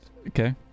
Okay